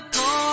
go